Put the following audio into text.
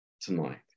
tonight